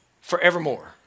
forevermore